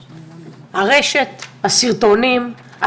הסרטונים,